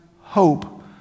hope